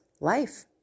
life